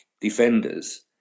defenders